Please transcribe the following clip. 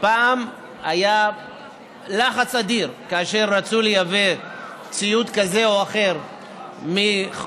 פעם היה לחץ אדיר כאשר רצו לייבא ציוד כזה או אחר מחו"ל,